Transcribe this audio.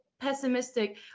pessimistic